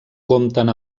compten